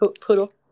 poodle